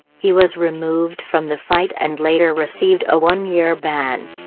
he was removed from the fight and later received a one-year ban.